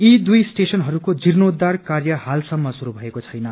यी दुइ स्टेशनहरूको जीर्णोद्वार कार्य हालसम्म शुरू भएको छैन